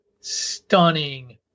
stunning